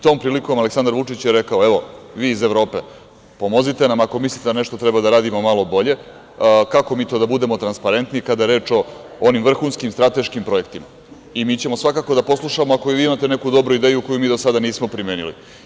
Tom prilikom Aleksandar Vučić je rekao – evo, vi iz Evrope, pomozite nam ako mislite da nešto treba da radimo malo bolje, kako mi to da budemo transparentni kada je reč o onim vrhunskim strateškim projektima, mi ćemo svakako da poslušamo ako vi imate neku dobru ideju koju mi do sada nismo primenili.